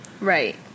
Right